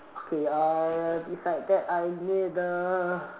okay err it's like that I need the